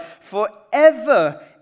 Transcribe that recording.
forever